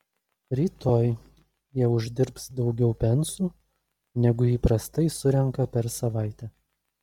rytoj jie uždirbs daugiau pensų negu įprastai surenka per savaitę